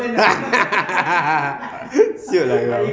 [siol] ah kau